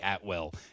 Atwell